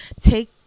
Take